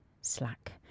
slack